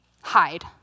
hide